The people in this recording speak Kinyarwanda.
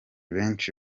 benshi